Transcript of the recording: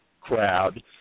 crowd